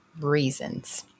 reasons